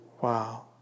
Wow